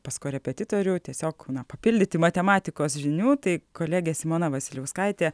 pas korepetitorių tiesiog na papildyti matematikos žinių tai kolegė simona vasiliauskaitė